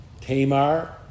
Tamar